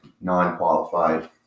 non-qualified